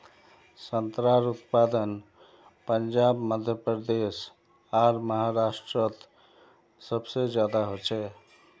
संत्रार उत्पादन पंजाब मध्य प्रदेश आर महाराष्टरोत सबसे ज्यादा होचे